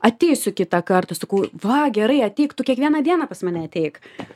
ateisiu kitą kartą sakau va gerai ateik tu kiekvieną dieną pas mane ateik